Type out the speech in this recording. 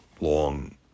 long